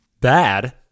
bad